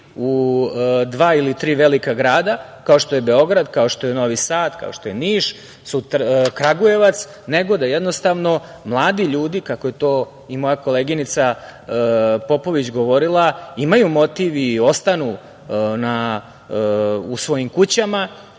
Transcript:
u dva ili tri velika grada, kao što je Beograd, kao što je Novi Sad, kao što je Niš, Kragujevac, nego da jednostavno mladi ljudi, kako je to i moja koleginica Popović govorila, imaju motiv i ostanu u svojim kućama,